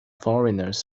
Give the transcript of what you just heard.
foreigners